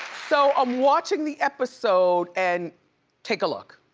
so, i'm watching the episode and take a look.